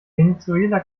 venezuela